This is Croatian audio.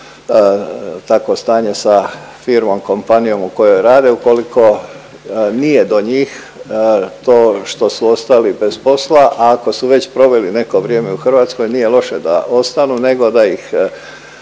takva, takvo stanje sa firmom, kompanijom u kojoj rade. Ukoliko nije do njih to što su ostali bez posla, a ako su već proveli neko vrijeme u Hrvatskoj nije loše da ostanu nego da ih